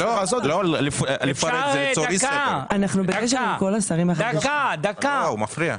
דקה, דקה.